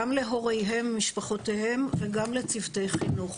גם להוריהם ומשפחותיהם, וגם לצוותי חינוך.